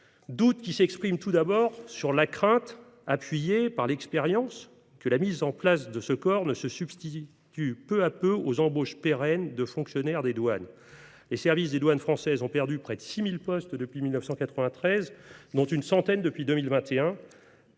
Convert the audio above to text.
doutes s’expriment, tout d’abord, sur la crainte, confortée par l’expérience, que la mise en place de ce corps ne se substitue peu à peu aux embauches pérennes de fonctionnaires des douanes. Les services des douanes françaises ont perdu près de 6 000 postes depuis 1993, dont une centaine depuis 2021,